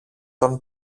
τον